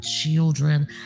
children